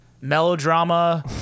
melodrama